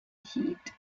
heat